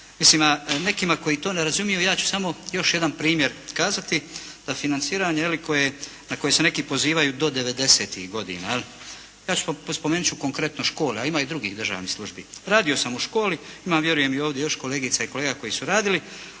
Mislim, nekima koji to ne razumiju ja ću još samo jedan primjer kazati da financiranje koje, na koje se neki pozivaju do devedesetih godina. Ja ću spomenuti konkretno škole, a ima i drugih državnih službi. Radio sam u školi. Ima vjerujem i ovdje još kolegica i kolega koji su radili.